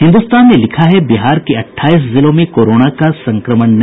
हिन्दुस्तान ने लिखा है बिहार के अठाईस जिलों में कोरोना का संक्रमण नहीं